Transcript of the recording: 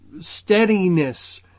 steadiness